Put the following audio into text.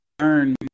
earn